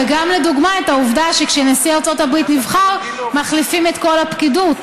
וגם לדוגמה את העובדה שכשנשיא ארצות הברית נבחר מחליפים את כל הפקידות?